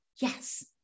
yes